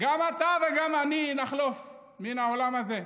גם אתה וגם אני נחלוף מן העולם הזה,